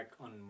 on